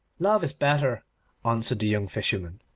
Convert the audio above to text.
love is better answered the young fisherman,